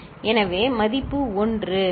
எனவே மதிப்பு 1 சரி